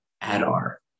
Adar